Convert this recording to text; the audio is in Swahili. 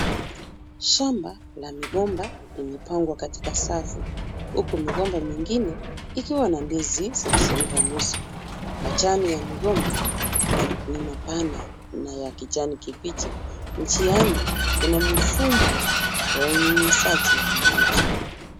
Shamba la migomba imepangwa katika safu huku migomba mingine ikiwa na ndizi zilizoiva nusu. Majani ya migomba ni mapana na ya kijani kibichi. Njiani kuna mfumo wa unyunyuzaji wa maji.